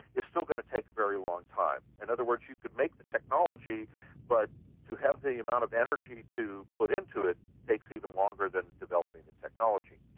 it's still going to take a very long time. in other words, you could make the technology but to have the amount of energy to put into it takes even longer than developing the technology.